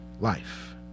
life